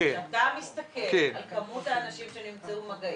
כשאתה מסתכל על מספר האנשים שנמצאו אצלם מגעים,